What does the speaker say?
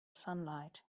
sunlight